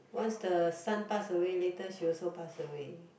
once the son pass away later she also pass away